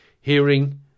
hearing